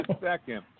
second